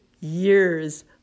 years